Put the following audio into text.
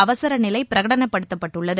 அவசரநிலைபிரகடனப்படுத்தப்பட்டுள்ளது